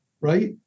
right